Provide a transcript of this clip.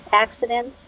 accidents